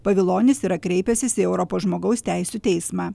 pavilonis yra kreipęsis į europos žmogaus teisių teismą